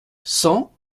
cent